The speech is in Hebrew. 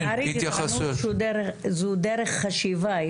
לצערי גזענות היא דרך חשיבה.